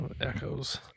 Echoes